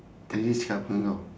tadi dia cakap apa dengan kau